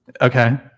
Okay